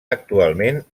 actualment